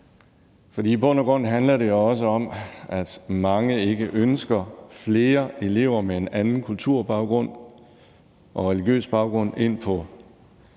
I bund og grund handler det også om, at mange ikke ønsker flere elever med en anden kulturbaggrund og religiøs baggrund ind på